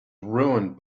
ruined